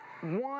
One